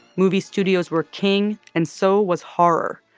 movie studios were king, and so was horror.